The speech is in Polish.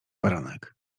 baranek